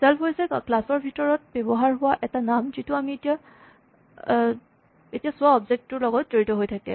self হৈছে class ৰ ভিতৰত ব্যৱহাৰ হোৱা এটা নাম যিটো আমি এতিয়া চোৱা অবজেক্ট টোৰ লগত জড়িত হৈ থাকে